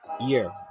year